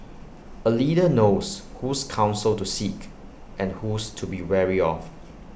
A leader knows whose counsel to seek and whose to be wary of